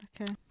okay